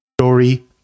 Story